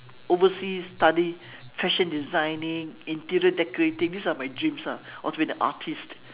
overseas study fashion designing interior decorating these are my dreams lah or to be an artist